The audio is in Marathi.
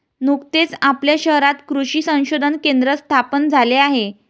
नुकतेच आपल्या शहरात कृषी संशोधन केंद्र स्थापन झाले आहे